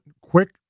quick